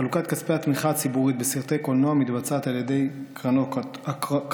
חלוקת כספי התמיכה הציבורית בסרטי קולנוע מתבצעת על ידי קרנות הקולנוע.